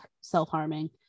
self-harming